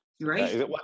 Right